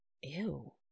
Ew